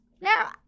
Now